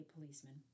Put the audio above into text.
policeman